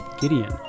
Gideon